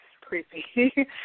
creepy